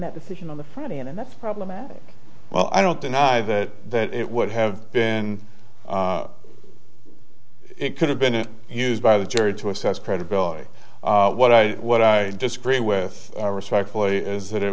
that decision on the friday and that's problematic well i don't deny that that it would have been it could have been used by the jury to assess credibility what i what i disagree with respectfully is that it